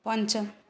पञ्च